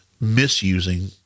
misusing